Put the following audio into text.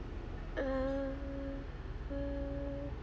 uh uh